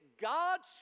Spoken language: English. God's